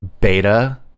beta